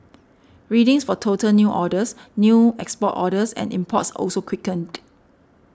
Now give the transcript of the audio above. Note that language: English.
readings for total new orders new export orders and imports also quickened